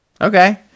Okay